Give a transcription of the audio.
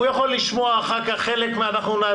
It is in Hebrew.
הוא יכול לשמוע אחר כך חלק מהח"כים,